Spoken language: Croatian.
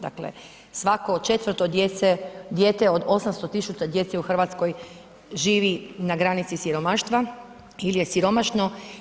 Dakle svako četvrto dijete od 800 tisuća djece u Hrvatskoj živi na granici siromaštva ili je siromašno.